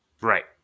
right